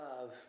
love